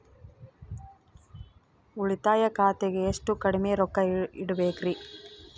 ಉಳಿತಾಯ ಖಾತೆಗೆ ಎಷ್ಟು ಕಡಿಮೆ ರೊಕ್ಕ ಇಡಬೇಕರಿ?